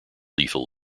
lethal